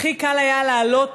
הכי קל היה לעלות